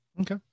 Okay